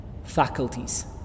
faculties